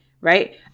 Right